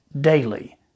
daily